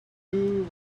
two